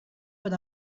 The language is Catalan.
per